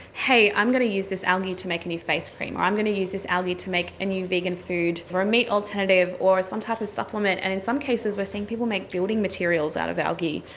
hey, i'm going to use this algae to make a new face cream, or i'm going to use this algae to make a new vegan food or a meat alternative or some type of supplement. and in some cases we are seeing people make building materials out of algae,